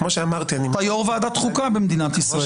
כמו שאמרתי --- אתה יושב-ראש ועדת חוקה במדינת ישראל.